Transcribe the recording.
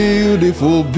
Beautiful